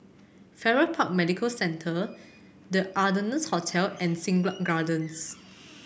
Farrer Park Medical Center The Ardennes Hotel and Siglap Gardens